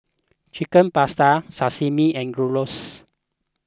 Chicken Pasta Sashimi and Gyros